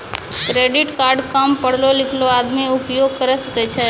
Credit card काम पढलो लिखलो आदमी उपयोग करे सकय छै?